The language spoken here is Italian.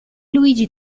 luigi